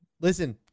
listen